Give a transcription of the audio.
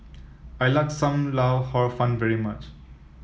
I like Sam Lau Hor Fun very much